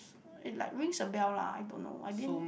it like rings a bell lah I don't know I didn't